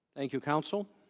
thank you counsel.